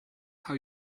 how